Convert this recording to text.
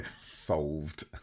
Solved